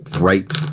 right